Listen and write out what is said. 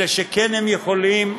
אלה שכן יכולים,